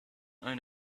own